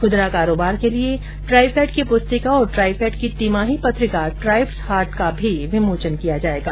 खुदरा कारोबार के लिए ट्राइफेड की पुस्तिका और ट्राइफेड की तिमाही पत्रिका ट्राइब्स हाट का भी विमोचन किया जाएगा